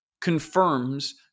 confirms